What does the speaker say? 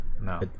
No